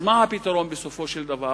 מה הפתרון, בסופו של דבר?